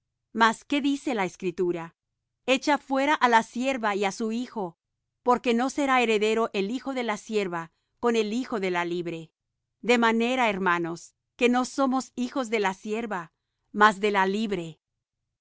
mas qué dice la escritura echa fuera á la sierva y á su hijo porque no será heredero el hijo de la sierva con el hijo de la libre de manera hermanos que no somos hijos de la sierva mas de la libre